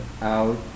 out